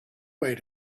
way